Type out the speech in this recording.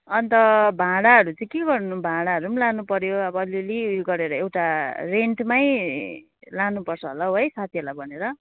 अन्त भाँडाहरू चाहिँ के गर्नु भाँडाहरू पनि लानु पर्यो अब अलि अलि गरेर एउटा रेन्टमै लानु पर्छ होला हौ है साथीहरूलाई भनेर